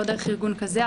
לא דרך ארגון כזה.